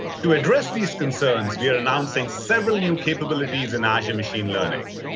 to address these concerns, we're announcing several new capabilities in azure machine learning.